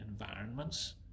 environments